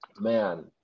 Man